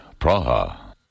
Praha